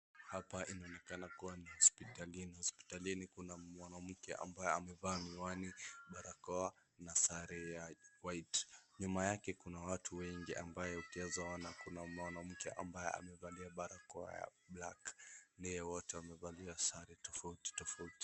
Hapa inaonekana kuwa ni hospitalini. Hospitalini kuna mwanamke amevaa miwani, barakoa na sare ya white . Nyuma yake kuna watu wengi ambayo ukiezaona kuna mwanamke ambaye amevalia barakoa ya black . Wote wamevalia sare tofauti tofauti.